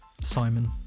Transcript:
Simon